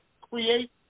create